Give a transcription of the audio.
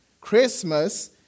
Christmas